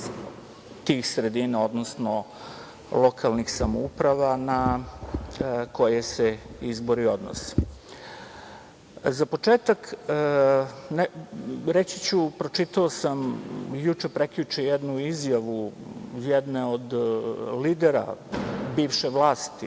tih sredina, odnosno lokalnih samouprava na koje se izbori odnose.Za početak reći ću da sam pročitao juče, prekjuče jednu izjavu jedne od lidera bivše vlasti,